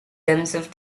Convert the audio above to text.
themselves